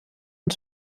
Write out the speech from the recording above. und